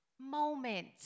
moment